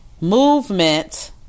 movement